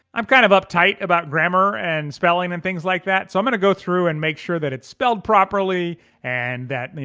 i'm kind of uptight about grammar and spelling and things like that so i'm gonna go through and make sure that it's spelled correctly and that, i mean